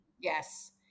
Yes